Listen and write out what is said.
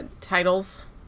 titles